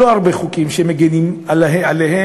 לא הרבה חוקים מגינים עליו,